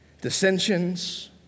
Dissensions